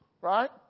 Right